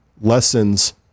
lessons